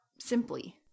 simply